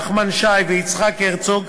נחמן שי ויצחק הרצוג,